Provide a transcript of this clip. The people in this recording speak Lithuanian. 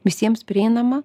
visiems prieinamą